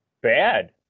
bad